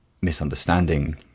misunderstanding